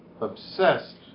obsessed